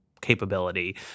capability